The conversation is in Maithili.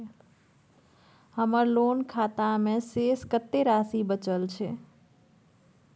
हमर लोन खाता मे शेस कत्ते राशि बचल छै?